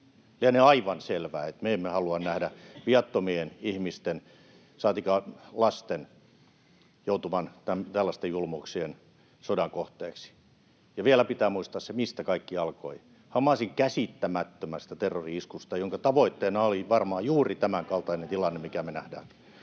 aivan selvää, että me emme halua nähdä viattomien ihmisten, saatikka lasten, joutuvan tällaisten julmuuksien ja sodan kohteeksi. Ja vielä pitää muistaa se, mistä kaikki alkoi: Hamasin käsittämättömästä terrori-iskusta, jonka tavoitteena oli varmaan juuri tämänkaltainen tilanne, mikä me nähdään.